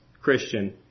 Christian